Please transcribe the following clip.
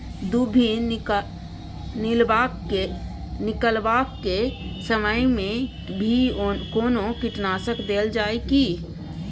दुभी निकलबाक के समय मे भी कोनो कीटनाशक देल जाय की?